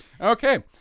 Okay